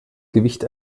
gewicht